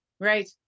Right